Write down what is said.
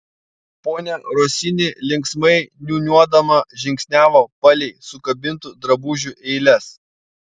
ponia rosini linksmai niūniuodama žingsniavo palei sukabintų drabužių eiles